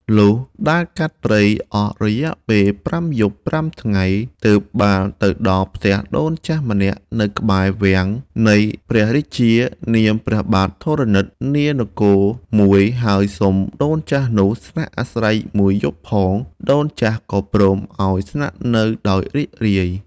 លុះដើរកាត់ព្រៃអស់រយៈពេល ៥យប់៥ថ្ងៃ ទើបបានទៅដល់ផ្ទះដូនចាស់ម្នាក់នៅក្បែរវាំងនៃព្រះរាជា នាមព្រះបាទធរណិតនានគរមួយ ហើយសុំដូនចាស់នោះស្នាក់អាស្រ័យមួយយប់ផង ដូនចាស់ក៏ព្រមឲ្យស្នាក់នៅដោយរីករាយ។